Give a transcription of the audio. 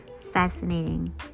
Fascinating